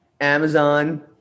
Amazon